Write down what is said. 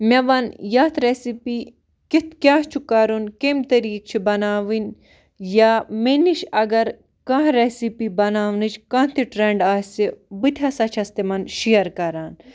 مےٚ وَن یَتھ رٮ۪سِپی کِتھ کیٛاہ چھُ کَرُن کَمہِ طریٖٮق چھِ بناوٕنۍ یا مےٚ نِش اگر کانٛہہ رٮ۪سِپی بناونٕچ کانٛہہ تہِ ٹرٛٮ۪نٛڈ آسہِ بہٕ تہِ ہسا چھَس تِمَن شیر کران